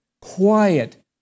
quiet